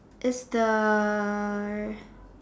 it's the